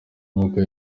uko